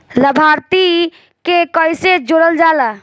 लभार्थी के कइसे जोड़ल जाला?